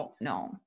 no